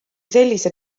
sellise